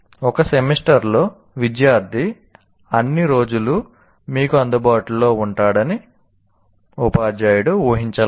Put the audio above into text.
ఒక సెమిస్టర్లో విద్యార్థి అన్ని రోజులూ మీకు అందుబాటులో ఉంటాడని ఉపాధ్యాయుడు ఊహించలేరు